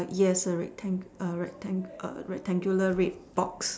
yes rectangle rectangle rectangular red box